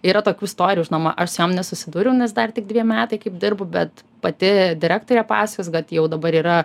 yra tokių istorijų žinoma aš su jom nesusidūriau nes dar tik dveji metai kaip dirbu bet pati direktorė pasakojus kad jau dabar yra